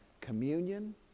communion